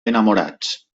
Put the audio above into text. enamorats